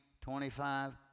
twenty-five